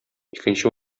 икенче